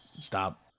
Stop